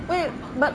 wait but